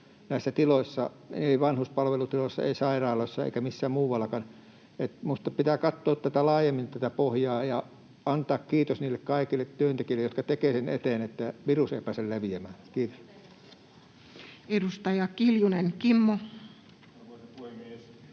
näissä tiloissa — eivät vanhuspalvelutiloissa, eivät sairaaloissa eivätkä missään muuallakaan. Minusta pitää katsoa laajemmin tätä pohjaa ja antaa kiitos niille kaikille työntekijöille, jotka tekevät työtä sen eteen, että virus ei pääse leviämään. — Kiitos. [Arja Juvonen: Koko